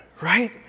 right